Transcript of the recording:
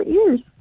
ears